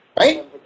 right